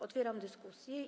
Otwieram dyskusję.